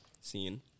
Scene